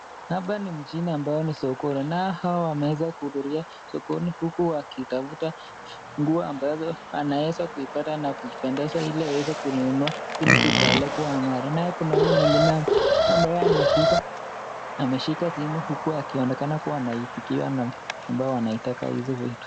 Hapa ni mjini ambao ni sokoni na hao wameweza kuhudhuria sokoni huku wakitafta nguo ambazo anaeza kuipata na kuipendezwa ili aweze kuinunua ili kupeleka angare, na kuna huyu mwingine ambaye anaziuza, anashika simu huku anaonekana kuwa anapigiwa ambao wanaitaka hizo vitu.